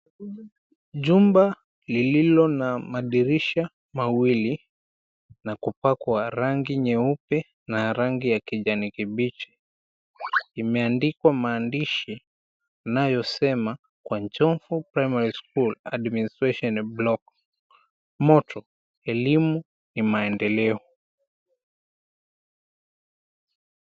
Jumba lililo na madirisha mawili na kupakwa rangi nyeupe na rangi ya kijani kibichi, imeandikwa maandishi yanayosema, "Kwa Nchomvu Primary School, Administration Block. Motto: Elimu Ni Maendeleo".